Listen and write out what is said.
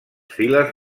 files